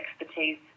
expertise